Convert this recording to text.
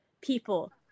people